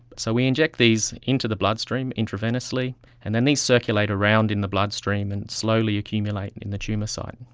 so we inject these into the bloodstream intravenously and then they circulate around in the bloodstream and slowly accumulate in the tumour site.